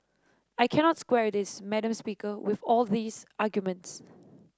I cannot square this madam speaker with all these arguments